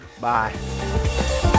bye